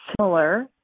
similar